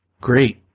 Great